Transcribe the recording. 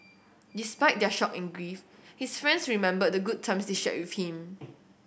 despite their shock and grief his friends remembered the good times they shared with him